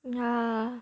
yeah